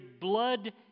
blood